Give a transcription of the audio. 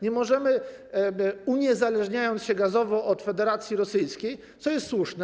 Nie możemy, uniezależniając się gazowo od Federacji Rosyjskiej, co jest słuszne.